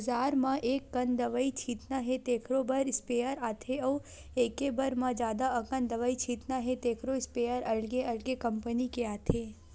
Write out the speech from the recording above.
बजार म एककन दवई छितना हे तेखरो बर स्पेयर आथे अउ एके बार म जादा अकन दवई छितना हे तेखरो इस्पेयर अलगे अलगे कंपनी के आथे